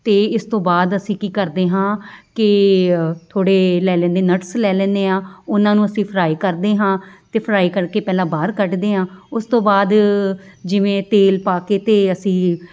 ਅਤੇ ਇਸ ਤੋਂ ਬਾਅਦ ਅਸੀਂ ਕੀ ਕਰਦੇ ਹਾਂ ਕਿ ਥੋੜ੍ਹੇ ਲੈ ਲੈਂਦੇ ਨਟਸ ਲੈ ਲੈਂਦੇ ਹਾਂ ਉਹਨਾਂ ਨੂੰ ਅਸੀਂ ਫਰਾਈ ਕਰਦੇ ਹਾਂ ਅਤੇ ਫਰਾਈ ਕਰਕੇ ਪਹਿਲਾਂ ਬਾਹਰ ਕੱਢਦੇ ਹਾਂ ਉਸ ਤੋਂ ਬਾਅਦ ਜਿਵੇਂ ਤੇਲ ਪਾ ਕੇ ਅਤੇ ਅਸੀਂ